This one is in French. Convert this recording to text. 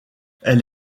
elle